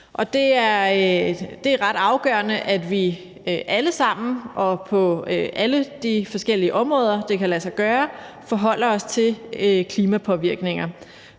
Det er ret afgørende, at vi alle sammen og på alle de forskellige områder, det kan lade sig gøre, forholder os til klimapåvirkninger,